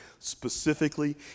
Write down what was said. Specifically